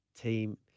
team